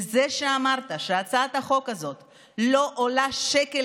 וזה שאמרת שהצעת החוק הזאת לא עולה שקל